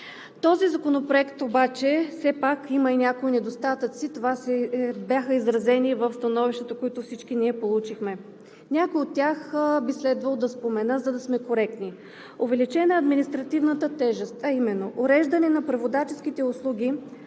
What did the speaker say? език. Законопроектът обаче има и някои недостатъци, бяха изразени в становищата, които всички ние получихме. Някои от тях би следвало да спомена, за да сме коректни. Увеличена е административната тежест, а именно уреждането на преводаческите услуги